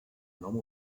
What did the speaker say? nom